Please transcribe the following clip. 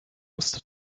muster